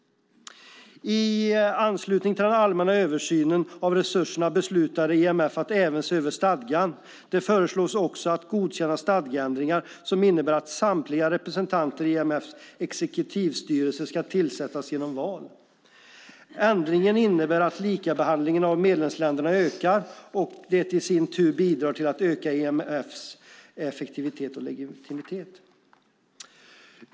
I anslutning till den allmänna översynen av resurserna beslutade IMF att även se över stadgan. Det föreslås också att en stadgeändring ska godkännas som innebär att samtliga representanter i IMF:s exekutivstyrelse ska tillsättas genom val. Ändringen innebär att likabehandlingen av medlemsländerna ökar, och det i sin tur bidrar till att öka IMF:s effektivitet och legitimitet.